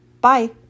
Bye